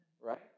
Right